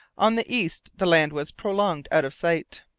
on the east the land was prolonged out of sight.